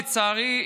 לצערי,